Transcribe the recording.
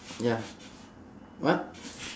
ya what